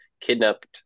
kidnapped